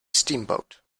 steamboat